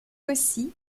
aussi